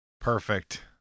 Perfect